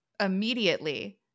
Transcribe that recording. immediately